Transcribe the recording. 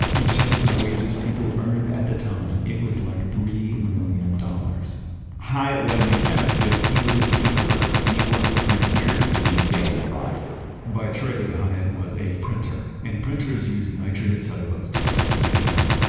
in terms of wages people earned at the time, it was like three million dollars hyatt wasn't a chemist, but he was a tinkerer and he worked for years to win phelan's prize by trade, hyatt was a printer, and printers used nitrated cellulose to protect their hands.